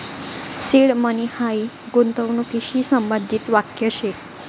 seed money हायी गूंतवणूकशी संबंधित वाक्य शे